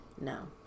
No